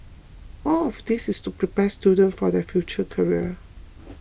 all of this to prepare students for their future career